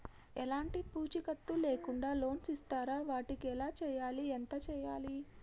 ఎలాంటి పూచీకత్తు లేకుండా లోన్స్ ఇస్తారా వాటికి ఎలా చేయాలి ఎంత చేయాలి?